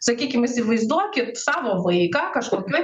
sakykim įsivaizduokit savo vaiką kažkokioj